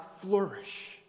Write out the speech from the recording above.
flourish